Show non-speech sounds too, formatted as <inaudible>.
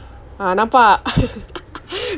ha nampak <laughs>